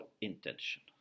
intention